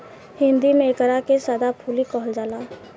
हिंदी में एकरा के सदाफुली कहल जाला